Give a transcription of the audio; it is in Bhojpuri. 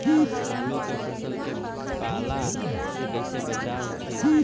आलू के फसल के पाला से कइसे बचाव होखि?